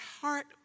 heart